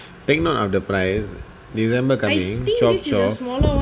take note of the price remember the thing chop chop